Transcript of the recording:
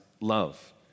love